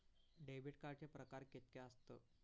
Debit कार्डचे प्रकार कीतके आसत?